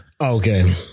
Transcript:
Okay